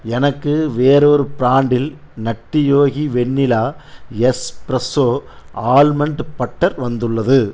எனக்கு வேறொரு பிராண்டில் Nutty Yogi vanilla espresso almond butter வந்துள்ளது